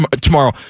tomorrow